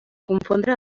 confondre